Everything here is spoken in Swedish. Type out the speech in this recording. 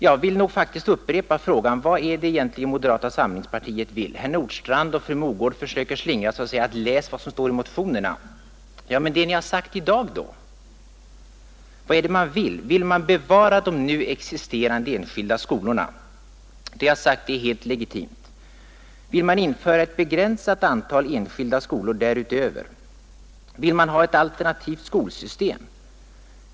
Jag vill faktiskt upprepa frågan: Vad är det egentligen moderata samlingspartiet vill? Herr Nordstrandh och fru Mogård försöker slingra sig och säger: Läs vad som står i motionerna! Men det ni har sagt i dag då? Vad är det man vill? Vill man bevara de nu existerande enskilda skolorna? Det är, har jag sagt, helt legitimt. Vill man införa ett begränsat antal enskilda skolor därutöver? Vill man ha ett alternativt skolsystem?